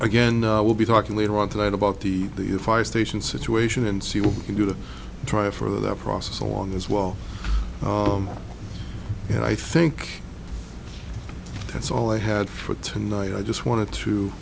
again we'll be talking later on tonight about the the a fire station situation and see what we can do to try for that process along as well and i think that's all i had for tonight i just wanted to